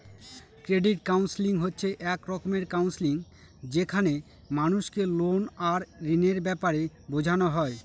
credit counselling হচ্ছে এক রকমের কাউন্সেলিং যেখানে মানুষকে লোন আর ঋণের ব্যাপারে বোঝানো হয়